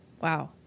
wow